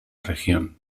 región